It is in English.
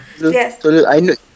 Yes